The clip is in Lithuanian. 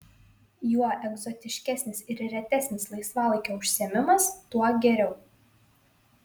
juo egzotiškesnis ir retesnis laisvalaikio užsiėmimas tuo geriau